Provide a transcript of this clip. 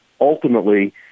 ultimately